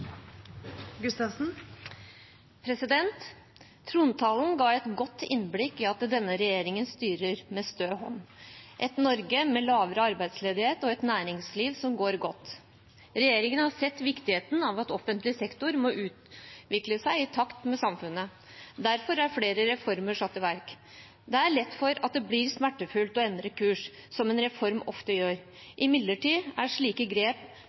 Trontalen ga et godt innblikk i at denne regjeringen styrer med stø hånd. Det er et Norge med lavere arbeidsledighet og et næringsliv som går godt. Regjeringen har sett viktigheten av at offentlig sektor må utvikle seg i takt med samfunnet. Derfor er flere reformer satt i verk. Det er lett at det blir smertefullt å endre kurs, som en reform ofte gjør. Imidlertid er grep